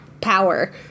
power